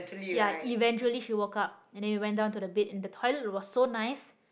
ya eventually she woke up and then we went down to the bed and the toilet was so nice